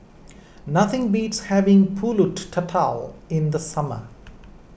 nothing beats having Pulut Tatal in the summer